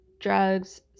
drugs